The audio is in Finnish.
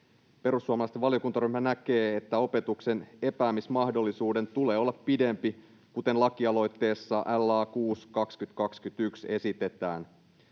Perussuomalaisten valiokuntaryhmä näkee, että opetuksen epäämismahdollisuuden tulee olla pidempi, kuten lakialoitteessa LA 6/2021 esitetään.